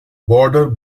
border